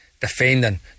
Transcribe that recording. defending